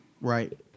right